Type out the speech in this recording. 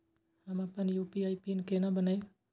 हम अपन UPI PIN केना बनैब?